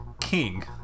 King